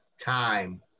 time